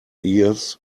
ears